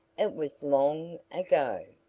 it was long ago.